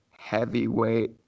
heavyweight